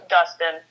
Dustin